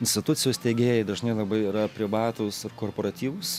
institucijų steigėjai dažnai labai yra privatūs ar korporatyvūs